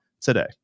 today